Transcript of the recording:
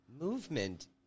movement